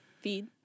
Feed